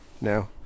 now